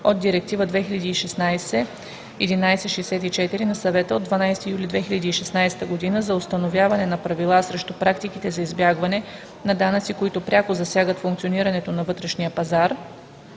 от Директива (ЕС) 2016/1164 на Съвета от 12 юли 2016 г. за установяване на правила срещу практиките за избягване на данъци, които пряко засягат функционирането на вътрешния пазар